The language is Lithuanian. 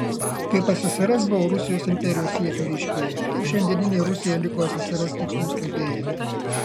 kaip ssrs buvo rusijos imperijos siekių reiškėja taip šiandieninė rusija liko ssrs tikslų skelbėja